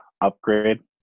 upgrade